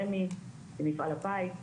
רמ"י ומפעל הפיס,